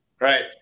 Right